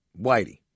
Whitey